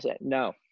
No